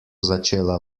začela